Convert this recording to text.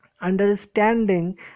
understanding